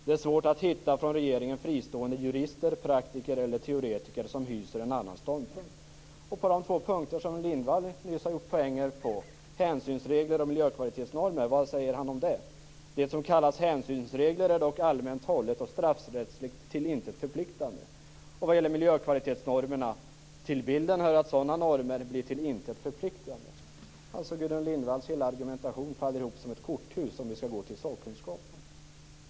Det är svårt att hitta från regeringen fristående jurister, praktiker eller teoretiker som hyser en annan ståndpunkt. Vad säger Björn Gillberg beträffande de båda punkter som Gudrun Lindvall nyss har gjort en poäng på, dvs. hänsynsreglerna och miljökvalitetsnormerna? Jo, han säger: Det som kallas hänsynsregler är dock allmänt hållet och straffrättsligt till intet förpliktande. Vad gäller miljökvalitetsnormerna sägs följande: Till bilden hör att sådana normer blir till intet förpliktande. Hela Gudrun Lindvalls argumentation faller alltså ihop som ett korthus om vi skall gå till sakkunskapen.